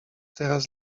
teraz